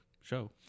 show